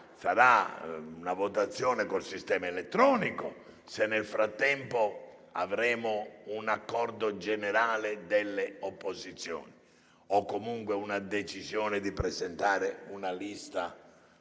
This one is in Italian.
Sarà una votazione con il sistema elettronico se nel frattempo avremo un accordo generale delle opposizioni o, comunque, si deciderà di presentare una lista